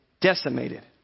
decimated